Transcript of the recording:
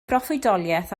broffwydoliaeth